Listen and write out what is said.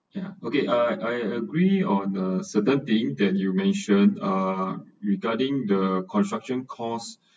ya okay I I agree on a certain thing that you mentioned uh regarding the construction costs